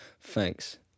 Thanks